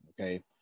Okay